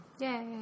Yay